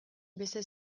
beste